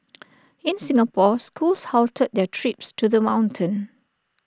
in Singapore schools halted their trips to the mountain